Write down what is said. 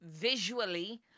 visually